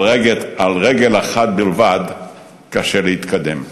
על רגל אחת בלבד קשה להתקדם,